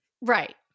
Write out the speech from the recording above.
Right